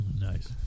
Nice